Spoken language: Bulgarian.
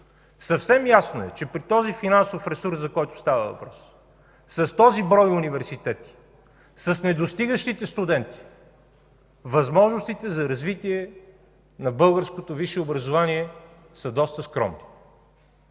Съвсем ясно е, че при този финансов ресурс, за който става въпрос, с този брой университети, с недостигащите студенти, възможностите за развитие на българското висше образование са доста скромни.